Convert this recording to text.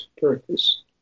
purpose